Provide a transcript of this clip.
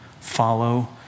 Follow